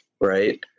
right